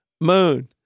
moon